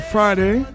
Friday